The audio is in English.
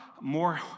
more